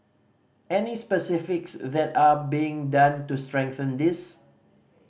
any specifics that are being done to strengthen this